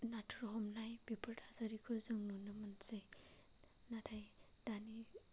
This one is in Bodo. नाथुर हमनाय जों बेफोर थासारिखौ नुनो मोनसै नाथाय दानि